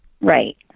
Right